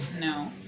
No